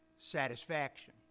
satisfaction